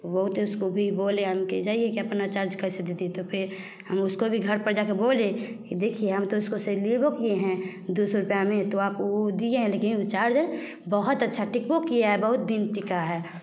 बहुत उसको भी बोले आन के जाइए अपना चार्ज कैसे दे दिए तो फिर हम उसको भी घर पर जा कर बोले कि देखिए हम तो उसके से लेबो किए है दू सौ रुपयए में तो आप वो दिए हैं लेकिन चार्जर बहुत अच्छा टिकबो किया बहुत दिन टिका है